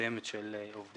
מסוימת של עובדים.